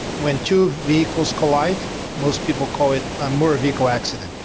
when two vehicles collide most people call it a motor vehicle accident,